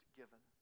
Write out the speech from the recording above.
given